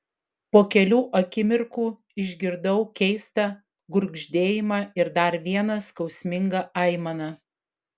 po kelių akimirkų išgirdau keistą gurgždėjimą ir dar vieną skausmingą aimaną